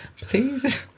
Please